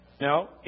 No